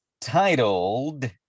titled